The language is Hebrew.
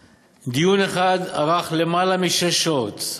דיונים: דיון אחד ארך יותר משש שעות,